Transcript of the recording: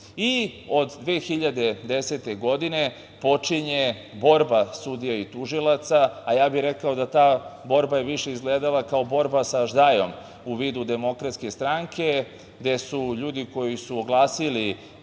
2010. godine počinje borba sudija i tužilaca, a ja bih rekao da je ta borba više izgledala kao borba sa aždajom u vidu DS gde su ljudi koji su oglasili